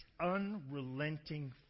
unrelenting